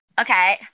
Okay